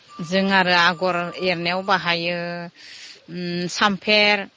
जों आरो आगर एरनायाव बाहायो सामफेर